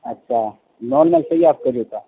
اچھا لان میں چاہیے آپ کو جوتا